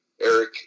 Eric